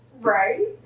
Right